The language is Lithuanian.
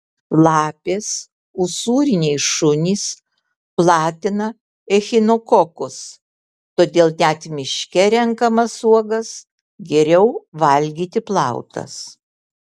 lapės usūriniai šunys platina echinokokus todėl net miške renkamas uogas geriau valgyti plautas